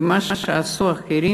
ומה שעשו אחרים,